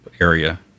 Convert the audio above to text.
area